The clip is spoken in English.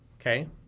okay